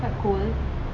poland is still quite cold